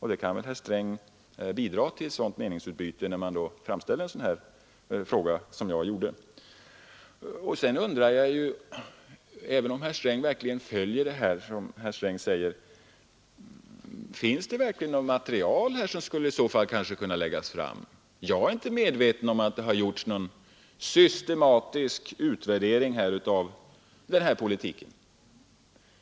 Herr Sträng kan ju bidra till ett sådant meningsutbyte när man framställer en sådan fråga som jag gjort. Även om herr Sträng följer utvecklingen som han säger, undrar jag om det finns något material som i så fall skulle kunna läggas fram. Jag är inte medveten om att någon systematisk utvärdering gjorts av den här politiken.